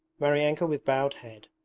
maryanka with bowed head,